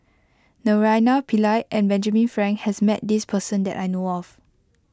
Naraina Pillai and Benjamin Frank has met this person that I know of